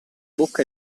bocca